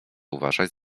uważać